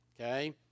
Okay